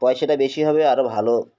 পয়সাটা বেশি হবে আরও ভালো